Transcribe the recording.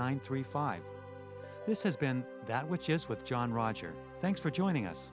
nine three five this has been that which is what john rogers thanks for joining us